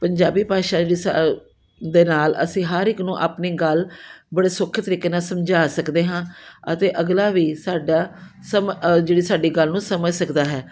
ਪੰਜਾਬੀ ਭਾਸ਼ਾ ਜਿਸ ਦੇ ਨਾਲ ਅਸੀਂ ਹਰ ਇੱਕ ਨੂੰ ਆਪਣੀ ਗੱਲ ਬੜੇ ਸੌਖੇ ਤਰੀਕੇ ਨਾਲ ਸਮਝਾ ਸਕਦੇ ਹਾਂ ਅਤੇ ਅਗਲਾ ਵੀ ਸਾਡਾ ਸਮ ਜਿਹੜੀ ਸਾਡੀ ਗੱਲ ਨੂੰ ਸਮਝ ਸਕਦਾ ਹੈ